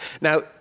Now